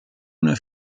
una